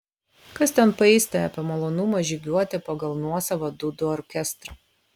kas ten paistė apie malonumą žygiuoti pagal nuosavą dūdų orkestrą